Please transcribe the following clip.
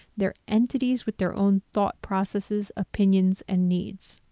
they're entities with their own thought processes, opinions and needs.